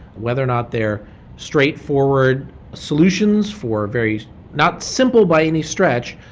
whether or not they're straightforward solutions for various not simple by any stretch,